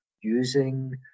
using